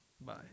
bye